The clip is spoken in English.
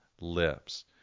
lips